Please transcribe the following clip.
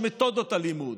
מתודות הלימוד,